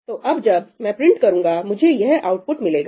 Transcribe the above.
तो अब जब मैं प्रिंट करूंगा मुझे यह आउटपुट मिलेगा